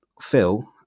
Phil